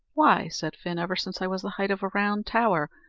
why, said fin, ever since i was the height of a round tower,